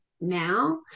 now